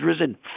risen